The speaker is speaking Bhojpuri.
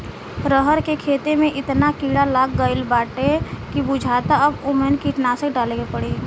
रहर के खेते में एतना कीड़ा लाग गईल बाडे की बुझाता अब ओइमे कीटनाशक डाले के पड़ी